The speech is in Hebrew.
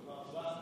תודה רבה.